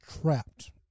trapped